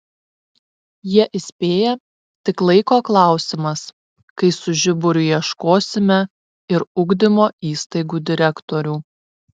jie įspėja tik laiko klausimas kai su žiburiu ieškosime ir ugdymo įstaigų direktorių